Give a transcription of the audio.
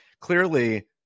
clearly